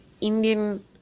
indian